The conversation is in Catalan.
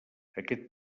aquest